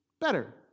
better